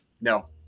No